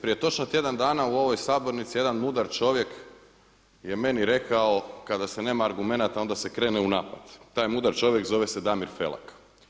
Prije točno tjedan dana u ovoj Sabornici jedan mudar čovjek je meni rekao, kada se nema argumenata onda se krene u napad, taj mudar čovjek zove se Damir Felak.